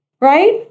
Right